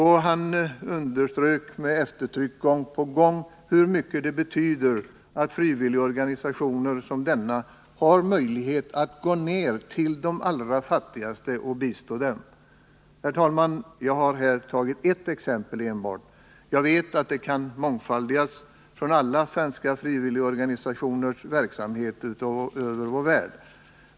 Han underströk med eftertryck gång på gång hur mycket det betyder att frivilligorganisationer som denna har möjlighet att gå ned till de allra fattigaste och bistå dem. Fru talman! Jag har här tagit endast ett exempel. Jag vet att det kan mångfaldigas — man kan ge exempel från alla svenska frivilligorganisationers verksamhet över hela vår värld.